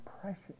precious